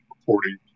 reporting